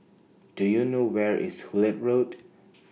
Do YOU know Where IS Hullet Road